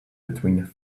between